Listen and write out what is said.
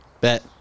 Bet